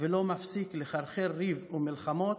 ולא מפסיק לחרחר ריב ומלחמות,